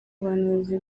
ubuhanuzi